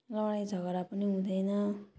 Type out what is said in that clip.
लडाइँ झगडा पनि हुँदैन